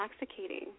Intoxicating